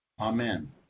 Amen